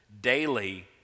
daily